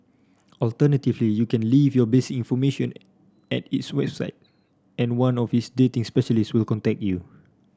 alternatively you can leave your base information at its website and one of its dating specialist will contact you